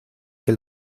que